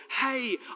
hey